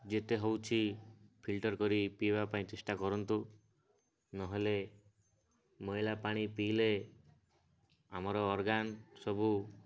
ଯେତେ ହେଉଛି ଫିଲ୍ଟର କରି ପିଇବା ପାଇଁ ଚେଷ୍ଟା କରନ୍ତୁ ନହେଲେ ମଇଳା ପାଣି ପିଇଲେ ଆମର ଅର୍ଗାନ୍ ସବୁ